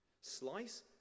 Slice